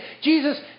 Jesus